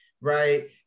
Right